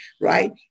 Right